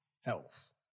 health